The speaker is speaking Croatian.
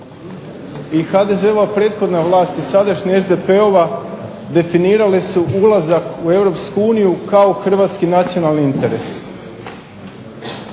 I HDZ-ova prethodna vlast i sadašnja SDP-ova definirale su ulazak u europsku uniju kao Hrvatski nacionalni interes.